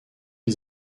une